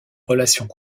relations